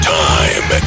time